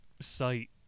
site